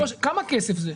היושב ראש, כמה כסף זה?